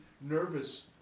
nervous